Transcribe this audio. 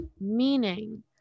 meaning